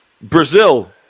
Brazil